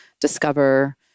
discover